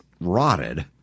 rotted